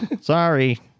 Sorry